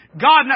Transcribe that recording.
God